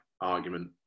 argument